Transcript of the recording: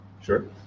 Sure